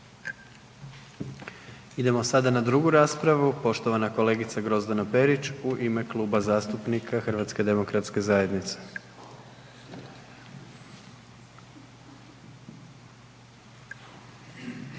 Idemo sada na 2. raspravu, poštovana kolegica Grozdana Perić u ime Kluba zastupnika HDZ-a. **Perić,